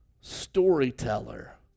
storyteller